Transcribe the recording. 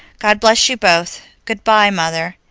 god bless you both. good-bye, mother.